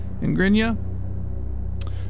Ingrinia